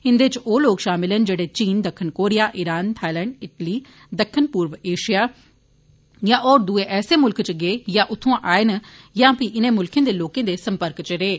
इंदे च ओह लोक शामल न जेहड़े चीन दक्खन कोरिया ईरान थाईलैंड इटली दक्खनी पूर्वी एशिया यां होर द्ए ऐसे म्ल्खें च गे यां उत्थ्आं आए न यां फ्ही इनें म्ल्खे दे लोकें दे संपर्क च रेय न